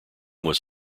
was